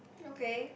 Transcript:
okay